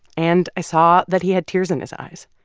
and i saw that he had tears in his eyes.